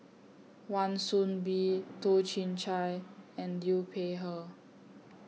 Wan Soon Bee Toh Chin Chye and Liu Peihe